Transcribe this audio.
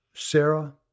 Sarah